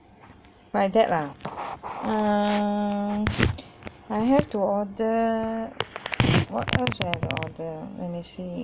like that ah err I have to order what else I have to order let me see